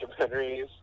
documentaries